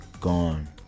gone